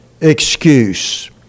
excuse